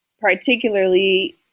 particularly